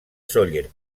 sóller